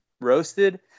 roasted